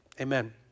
Amen